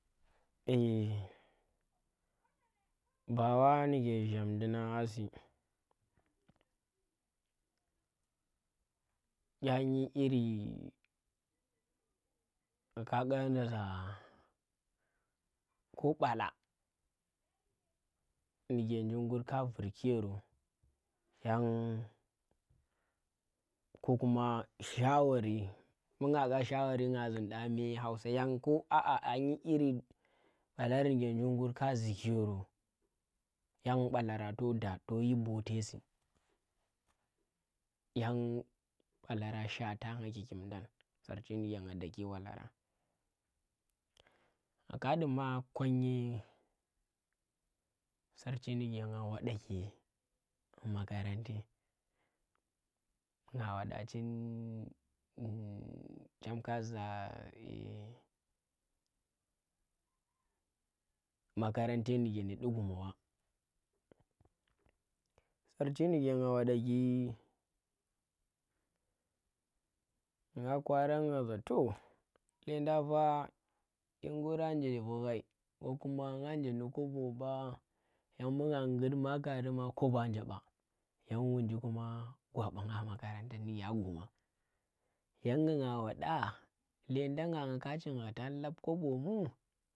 Ee ba wa ndike zham ndi nang a si. kya nyi iri nga ka ƙanda zaa ko baala ndi ke jim ngur ka vur ki yoro yan ko kuma shawari mbu nga ƙa shawari nga zun kya mee Hausa yen ko, aa kya nyi iri ɓalar ndike jim ngur ka zu ki yoro yan ɓalarang toh da toh yi bote si yan ɓalarang shwata nga kikim ndang. sarchi ndike nga daki ɓalarang nga ka duma konyi sarchi nang waɗaki makarante, nga waɗa chin chem ka za makarante ndi ke ndi du guma wa, sarchi ndike nga wadaki nga kwarang nga za toh lledang fa in guri anje vughai ko kuma nga nje ndi kobo ba yang bu nga gut ma kari ma kobonje ba yan wunji kuma gwa banga makaranta ndi kya guma yan nga za nga wada llendangan nga ka chingha tang lab ko bo mu?